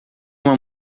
uma